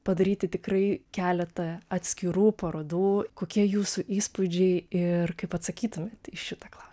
padaryti tikrai keletą atskirų parodų kokie jūsų įspūdžiai ir kaip atsakytumėt į šitą klausimą